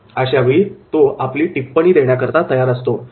' यावेळी तो आपली टिप्पणी देण्याकरता तयार असतो